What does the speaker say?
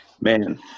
man